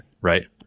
right